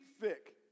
thick